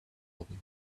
lobby